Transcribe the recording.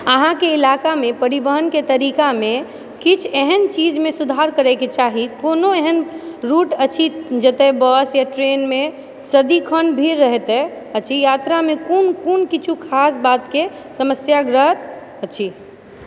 अहाँकेँ इलाकामे परिवहनकेँ तरीकामे किछु एहन चीजमे सुधार करएके चाही कोनो एहन रूट अछि जतऽ बस ट्रेनमे सदिखन भीड़ रहैत अछि यात्रामे कोन कोन किछु खास बात समस्याग्रस्त अछि